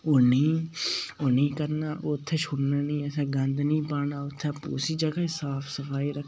ओह् नेईं ओह् नेईं करना ओह् उत्थै छोड़ना नेईं असें गंद बी नेईं पाना उत्थै उसी जगह् गी साफ सफाई रक्खना